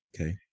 Okay